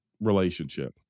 Relationship